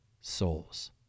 souls